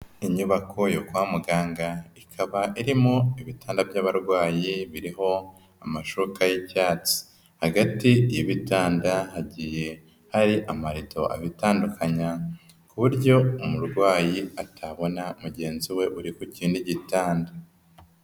Inyubako yo kwa muganga, ikaba irimo ibitanda by'abarwayi biriho amashuka y'icyatsi, hagati y'ibitanda hagiye hari amarido abitandukanya ku buryo umurwayi atabona mugenzi we uri ku kindi gitanda.